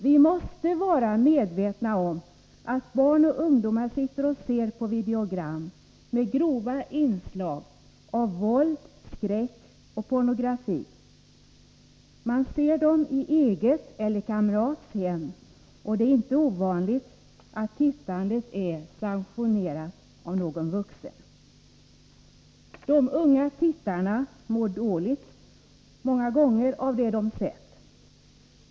Vi måste vara medvetna om att barn och ungdomar ser på videogram med grova inslag av våld, skräck och pornografi. Man ser dem i eget eller kamrats hem, och det är inte ovanligt att tittandet är sanktionerat av någon vuxen. De unga tittarna mår många gånger dåligt av det de sett.